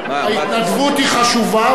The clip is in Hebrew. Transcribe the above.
ההתנדבות היא חשובה,